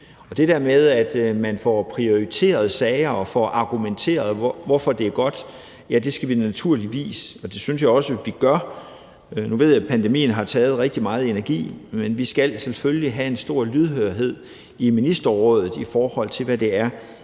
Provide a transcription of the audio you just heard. det der med, at man får prioriteret sager og får argumenteret for, hvorfor det er godt, ja, det skal vi naturligvis gøre, og det synes jeg også vi gør. Kl. 14:18 Nu ved jeg, at pandemien har taget rigtig meget energi, men vi skal selvfølgelig have en stor lydhørhed i ministerrådet, i forhold til hvad I